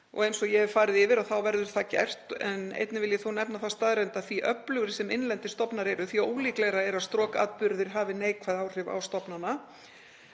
Eins og ég hef farið yfir þá verður það gert. Einnig vil ég þó nefna þá staðreynd að því öflugri sem innlendir stofnar eru, því ólíklegra er að strokatburðir hafi neikvæð áhrif á stofnana.